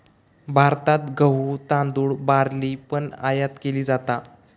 भारतात गहु, तांदुळ, बार्ली पण आयात केली जाता